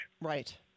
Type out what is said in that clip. Right